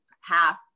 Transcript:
half